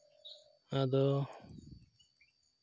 ᱟᱫᱚ